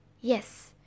Yes